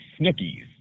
Snookies